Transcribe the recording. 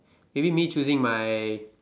maybe me choosing my